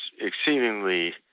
exceedingly